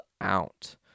out